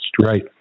Right